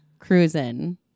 Cruising